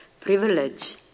privilege